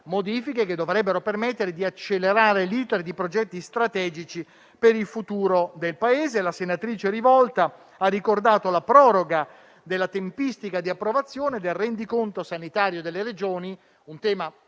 che dovrebbero permettere di accelerare l'*iter* di progetti strategici per il futuro del Paese. La senatrice Rivolta ha ricordato la proroga della tempistica di approvazione del rendiconto sanitario delle Regioni, un tema